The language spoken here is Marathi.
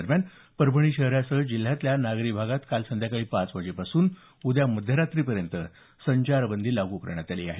दरम्यान परभणी शहरासह जिल्ह्यातल्या नागरी भागात काल संध्याकाळी पाच वाजेपासून उद्या मध्यरात्रीपर्यंत संचारबंदी लागू करण्यात आली आहे